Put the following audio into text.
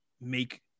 make